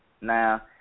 Now